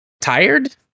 tired